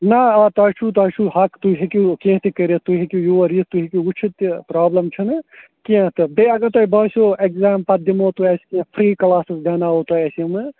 نہ آ تۄہہِ چھُ تۄہہِ چھُ حق تُہۍ ہیٚکِو کینٛہہ تہِ کٔرِتھ تُہۍ ہیٚکِو یور یِتھ تُہۍ ہیٚکِو وٕچھِتھ تہِ پرٛابلِم چھَنہٕ کینٛہہ تہٕ بیٚیہِ اگر تۄہہِ باسیو اٮ۪کزام پَتہٕ دِمو تۄہہِ أسۍ کینٛہہ فِرٛی کلاسٕز دِیٛاناوَو تۄہہِ أسۍ یِمہٕ